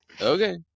Okay